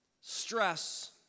stress